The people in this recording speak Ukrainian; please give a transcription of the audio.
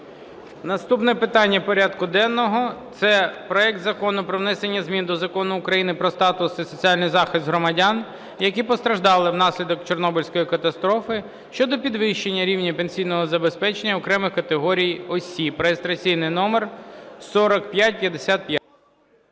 Наступне питання порядку денного – це проект Закону про внесення змін до Закону України "Про статус і соціальний захист громадян, які постраждали внаслідок Чорнобильської катастрофи" щодо підвищення рівня пенсійного забезпечення окремих категорій осіб (реєстраційний номер 4555).